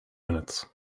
minutes